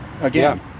again